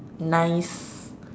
nice